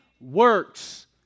works